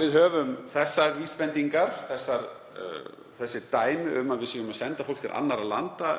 við höfum þessar vísbendingar, þessi dæmi um að við séum að senda fólk til annarra landa